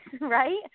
right